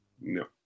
No